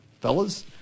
fellas